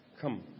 Come